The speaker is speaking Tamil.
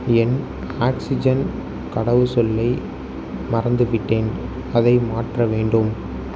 என் ஆக்ஸிஜன் கடவுச்சொல்லை மறந்துவிட்டேன் அதை மாற்ற வேண்டும்